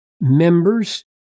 members